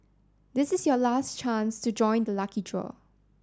this is your last chance to join the lucky draw